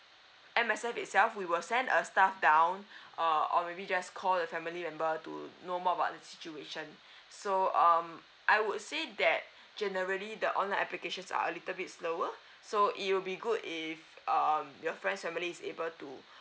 M_S_F itself we will send a staff down uh or maybe just call the family member to know more about the situation so um I would say that generally the online applications are a little bit slower so it will be good if um your friend's family is able to